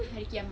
hari kiamat